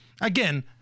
Again